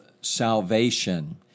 salvation